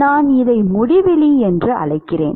நான் இதை முடிவிலி என்று அழைக்கிறேன்